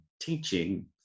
teaching